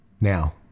Now